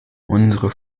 unsere